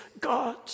God